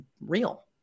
real